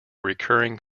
recurring